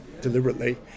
deliberately